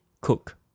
cook